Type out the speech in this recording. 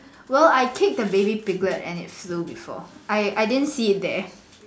well I kicked a baby piglet and it flew before I I didn't see it there